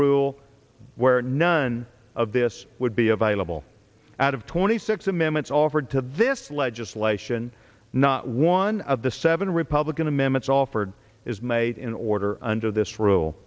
rule where none of this would be available out of twenty six amendments offered to this legislation not one of the seven republican amendments offered is made in order under this rule